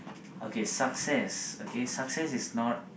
okay success okay success is not